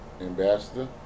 Ambassador